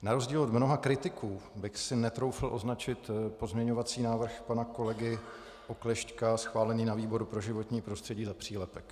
Na rozdíl od mnoha kritiků bych si netroufl označit pozměňovací návrh pana kolegy Oklešťka schválený na výboru pro životní prostředí za přílepek.